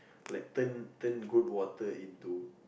like turn turn good water into